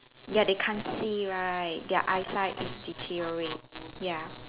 ya they can't see right their eyesight is deteriorate ya